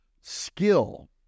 skill